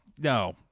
no